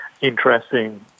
interesting